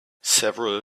several